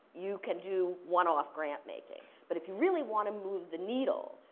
you can do one-off grant making, but if you really wanna move the needle,